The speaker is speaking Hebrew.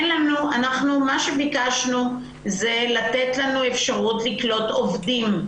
אנחנו ביקשנו זה לתת לנו אפשרות לקלוט עובדים,